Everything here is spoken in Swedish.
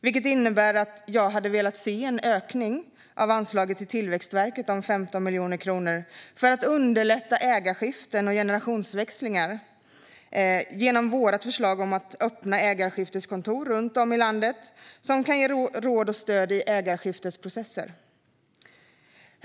Det innebär att jag hade velat se en ökning av anslaget till Tillväxtverket om 15 miljoner kronor för att underlätta ägarskiften och generationsväxlingar genom vårt förslag om att öppna ägarskifteskontor runt om i landet som kan ge råd och stöd i ägarskiftesprocesser.